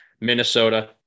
Minnesota